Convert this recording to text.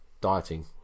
dieting